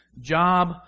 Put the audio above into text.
job